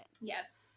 Yes